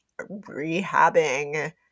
rehabbing